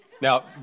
Now